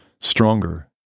stronger